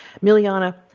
miliana